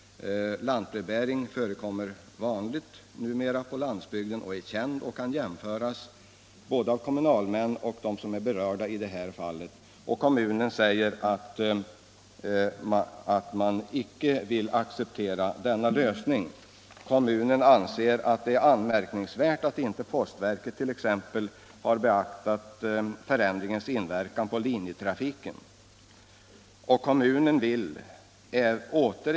Lantbrevbäring är vanligt förekommande på landsbygden. Både kommunalmän och de som är berörda i det här fallet känner till lantbrevbäring och kan göra jämförelser. Kommunen säger att man inte vill acceptera en lösning som innebär = Nr 14 en försämrad postservice. Herr statsrådets kommentar var närmast ett Tisdagen den försvar för uppfattningen att det här är en fråga som postverket bäst 4 februari 1975 av alla kan bedöma.